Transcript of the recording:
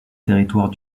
territoire